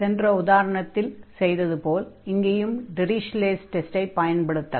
சென்ற உதாரணத்தில் செய்தது போல் இங்கேயும் டிரிஷ்லே'ஸ் டெஸ்ட்டை Dirichlet's test பயன்படுத்தலாம்